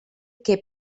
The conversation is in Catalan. què